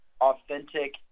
authentic